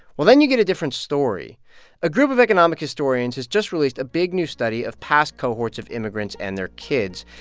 well, then you get a different story a group of economic historians has just released a big new study of past cohorts of immigrants and their kids,